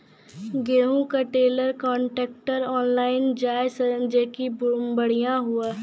गेहूँ का trailer contractor online जाए जैकी बढ़िया हुआ